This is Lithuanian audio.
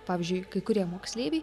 pavyzdžiui kai kurie moksleiviai